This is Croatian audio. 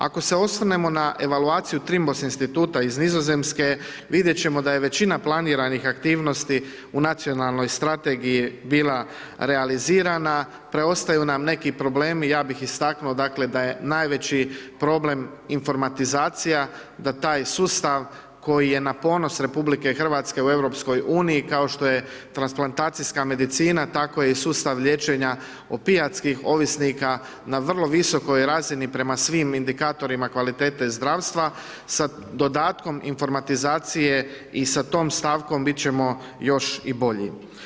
Ako se osvrnemo na evaluaciju … instituta iz Nizozemske, vidjeti ćemo da je većina planiranih aktivnosti u nacionalnoj strategija bila realizirana, preostaju nam neki problemi, ja bi istaknuo da je najveći problem informatizacija, da taj sustav koji je na ponos RH u EU kao što je transplantacijska medicina, tako je i sustav liječenja opijatskih ovisnika na vrlo visokoj razini, prema svim razinama, prema svim indikatorima kvalitete zdravstva, sa dodatkom informatizacije i sa tom stavkom biti ćemo još i bolji.